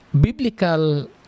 biblical